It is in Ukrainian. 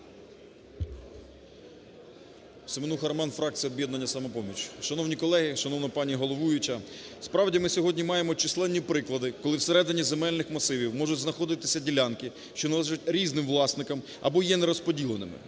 Семенуха Роман, фракція об'єднання "Самопоміч". Шановні колеги, шановна пані головуюча! Справді, ми сьогодні маємо численні приклади, коли всередині земельних масивів можуть знаходитися ділянки, що належать різним власникам або є нерозподіленими,